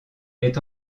est